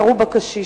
ירו בקשיש.